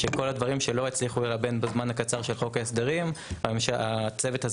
שכל הדברים שלא יצליחו ללבן בזמן הקצר של חוק ההסדרים הצוות הזה